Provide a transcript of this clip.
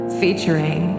featuring